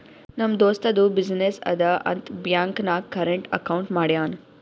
ನಮ್ ದೋಸ್ತದು ಬಿಸಿನ್ನೆಸ್ ಅದಾ ಅಂತ್ ಬ್ಯಾಂಕ್ ನಾಗ್ ಕರೆಂಟ್ ಅಕೌಂಟ್ ಮಾಡ್ಯಾನ್